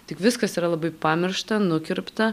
tik viskas yra labai pamiršta nukirpta